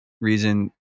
reason